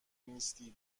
نیستی